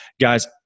Guys